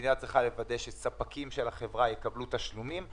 המדינה צריכה לוודא שספקים של החברה יקבלו תשלומים.